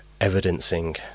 evidencing